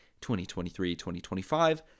2023-2025